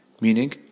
meaning